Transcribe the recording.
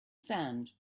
sand